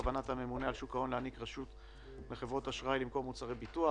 אשראי למכור מוצרי ביטוח.